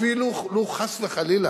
אפילו אם, חס וחלילה,